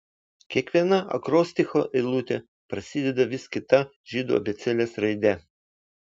kiekviena akrosticho eilutė prasideda vis kita žydų abėcėlės raide